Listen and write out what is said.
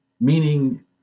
meaning